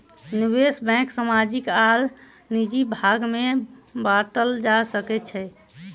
निवेश बैंक सामाजिक आर निजी भाग में बाटल जा सकै छै